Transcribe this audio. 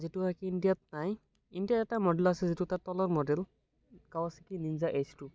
এইটো ইণ্ডিয়াত নাই ইণ্ডিয়াত এটা মডেল আছে যিটো তাৰ তলত model Kawasaki Ninja H two